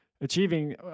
achieving